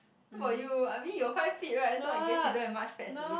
how about you I mean you are quite fit right so I guess you don't have much fats to lose